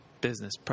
business